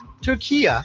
Turkey